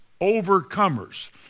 overcomers